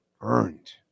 earned